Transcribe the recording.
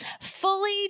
fully